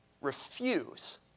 refuse